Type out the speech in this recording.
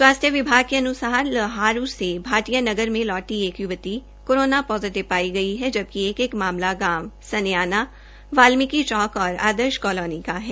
स्वास्थ्य विभाग के अनुसार लहारू से भाटिया नगर से लौटी एक य्वती कोरोना पोजिटिव पाई गई है जबकि एक एक मामला गांव सनसानाख वाल्मीकि चौक और आदर्श कालोनी का है